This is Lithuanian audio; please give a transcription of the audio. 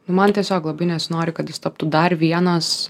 nu man tiesiog labai nesinori kad jis taptų dar vienas